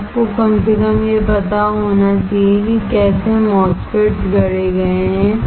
कि आपको कम से कम यह पता होना चाहिए कि कैसे MOSFETs गढ़े गए हैं